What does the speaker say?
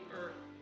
earth